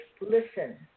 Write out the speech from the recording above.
listen